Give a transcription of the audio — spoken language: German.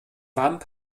vamp